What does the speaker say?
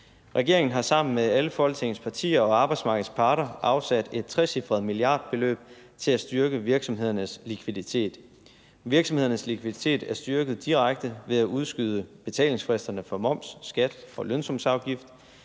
Regeringen har sammen med alle Folketingets partier og arbejdsmarkedets parter afsat et trecifret milliardbeløb til at styrke virksomhedernes likviditet. Virksomhedernes likviditet er styrket direkte ved at udskyde betalingsfristerne for moms, skat og lønsumsafgift.